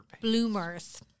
Bloomers